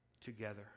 together